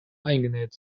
eingenäht